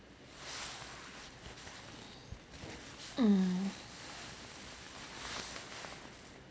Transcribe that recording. mm